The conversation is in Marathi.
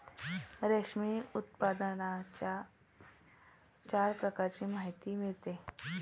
रेशीम उत्पादनाच्या चार प्रकारांची माहिती मिळते